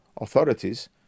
authorities